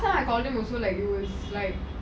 so I call them also like you will like